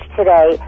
today